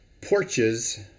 porches